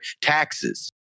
taxes